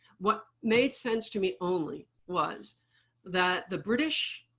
what made sense to me only was that the british,